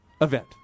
event